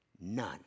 None